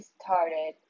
started